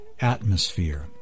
atmosphere